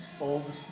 old